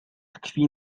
tkwi